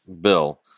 Bill